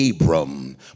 Abram